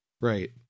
Right